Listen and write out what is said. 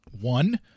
one